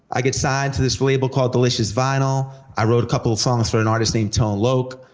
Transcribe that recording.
i get signed to this label called delicious vinyl, i wrote a couple songs for an artist named tone loc,